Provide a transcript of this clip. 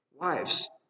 wives